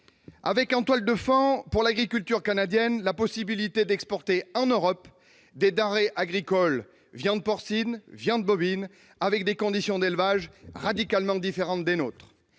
avec, en toile de fond, pour l'agriculture canadienne, la possibilité d'exporter en Europe des denrées agricoles telles que la viande porcine et la viande bovine, alors que les conditions d'élevage sont radicalement différentes des nôtres.